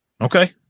Okay